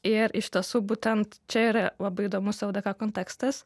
ir iš tiesų būtent čia yra labai įdomus ldk kontekstas